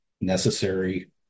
necessary